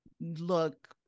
look